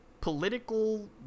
political